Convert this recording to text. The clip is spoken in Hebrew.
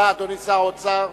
אדוני שר האוצר,